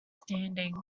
standing